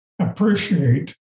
appreciate